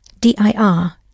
D-I-R